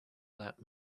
that